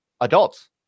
adults